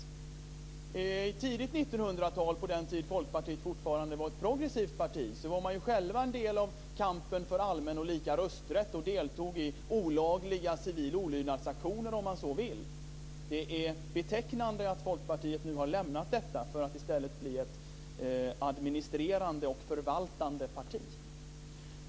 Under tidigt 1900-tal, på den tiden Folkpartiet fortfarande var ett progressivt parti, var man själv en del av kampen för allmän och lika rösträtt och deltog i olagliga civil olydnads-aktioner, om man så vill. Det är betecknande att Folkpartiet nu har lämnat detta för att i stället bli ett administrerande och förvaltande parti.